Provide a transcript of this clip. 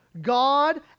God